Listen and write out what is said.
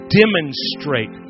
demonstrate